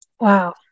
Wow